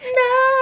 no